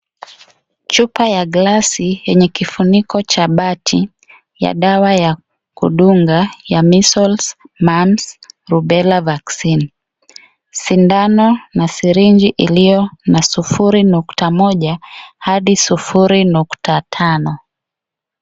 Chupa ya glasi yenye kifuniko cha bati, ya dawa ya kudunga ya Measles, Mumps, Rubella vaccine[vs]. Sindano na sirinji iliyo na sufuri nukta moja hadi sufuri nukta tano.